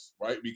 right